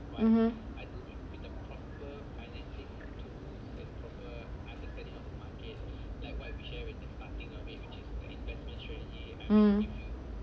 mmhmm mm